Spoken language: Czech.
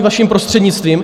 vaším prostřednictvím.